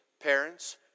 parents